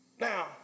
Now